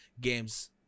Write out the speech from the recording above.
games